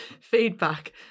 feedback